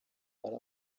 ari